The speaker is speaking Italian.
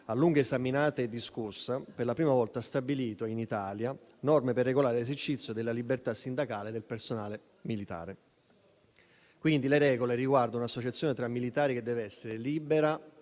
a lungo esaminata e discussa, per la prima volta ha stabilito in Italia norme per regolare esercizio della libertà sindacale del personale militare. Le regole riguardano quindi l'associazione tra militari che deve essere libera,